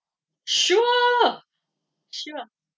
sure sure